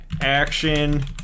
action